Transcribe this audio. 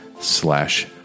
slash